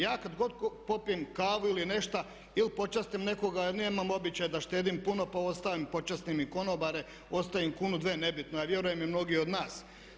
Ja kad god popijem kavu ili nešto ili počastim nekoga jer nemam običaj da štedim puno pa ostavim, počastim i konobare, ostavim kunu, dvije ne bitno a vjerujem i mnogi od nas.